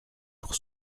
pour